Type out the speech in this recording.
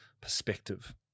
perspective